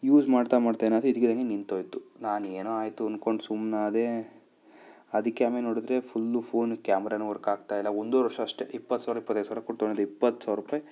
use ಮಾಡ್ತಾ ಮಾಡ್ತಾ ಏನಾಯ್ತು ಇದ್ದಕ್ಕಿದಂಗೆ ನಿಂತೋಯ್ತು ನಾನು ಏನೋ ಆಯ್ತು ಅಂದ್ಕೊಂಡು ಸುಮ್ನಾದೆ ಅದಕ್ಕೆ ಆಮೇಲೆ ನೋಡಿದ್ರೆ ಫುಲ್ಲು ಫೋನ್ ಕ್ಯಾಮ್ರಾನು ವರ್ಕ್ ಆಗ್ತಾ ಇಲ್ಲ ಒಂದೂವರೆ ವರ್ಷ ಅಷ್ಟೇ ಇಪ್ಪತ್ತು ಸಾವಿರ ಇಪ್ಪತ್ತೈದು ಸಾವಿರ ಕೊಟ್ಟು ತೊಗೊಂಡಿದ್ದೆ ಇಪ್ಪತ್ತು ಸಾವ್ರ ರೂಪಾಯಿ